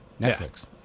Netflix